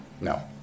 No